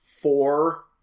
four